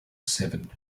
seven